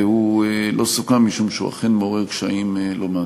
והוא לא סוכם משום שהוא אכן מעורר קשיים לא מעטים.